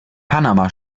panama